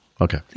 Okay